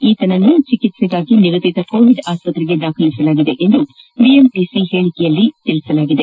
ಈ ನೌಕರನನ್ನು ಚಿಕಿತ್ತೆಗಾಗಿ ನಿಗದಿತ ಕೋವಿಡ್ ಆಸ್ತ್ರೆಗೆ ದಾಖಲಿಸಲಾಗಿದೆ ಎಂದು ಬಿಎಂಟಿಸಿ ಹೇಳಿಕೆಯಲ್ಲಿ ತಿಳಿಸಿದೆ